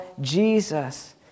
Jesus